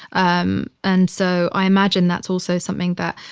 um and so i imagine that's also something that,